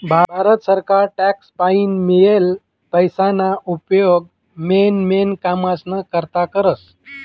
भारत सरकार टॅक्स पाईन मियेल पैसाना उपेग मेन मेन कामेस्ना करता करस